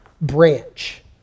Branch